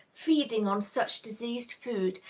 feeding on such diseased food,